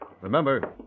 Remember